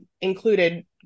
included